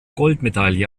goldmedaille